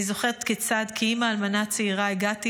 אני זוכרת כיצד כאימא אלמנה צעירה הגעתי